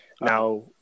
Now